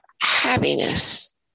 happiness